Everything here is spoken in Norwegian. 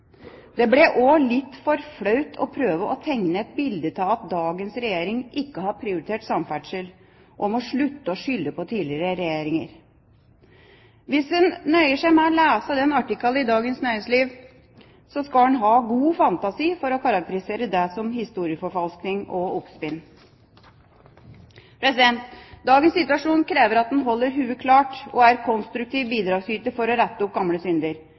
Det ble også litt for flaut å prøve å tegne et bilde av at dagens regjering ikke har prioritert samferdsel og må slutte å skylde på tidligere regjeringer. Hvis en nøyer seg med å lese artikkelen i Dagens Næringsliv, skal en ha god fantasi for å karakterisere det som historieforfalskning og oppspinn. Dagens situasjon krever at man holder hodet klart og er konstruktiv bidragsyter for å rette opp gamle synder.